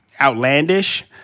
outlandish